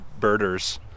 birders